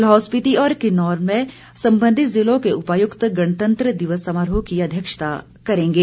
लाहौल स्पिति और किन्नौर में संबंधित जिलों के उपायुक्त गणतंत्र दिवस समारोह की अध्यक्षता करेंगे